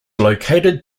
located